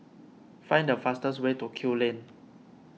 find the fastest way to Kew Lane